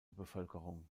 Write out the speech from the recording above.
bevölkerung